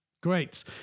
great